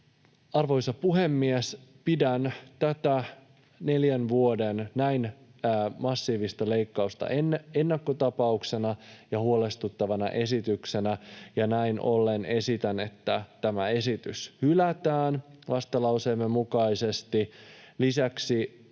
Arvoisa puhemies! Pidän tätä neljän vuoden näin massiivista leikkausta ennakkotapauksena ja huolestuttavana esityksenä. Näin ollen esitän, että tämä esitys hylätään vastalauseemme mukaisesti. Lisäksi